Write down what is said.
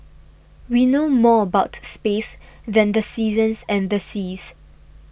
we know more about space than the seasons and the seas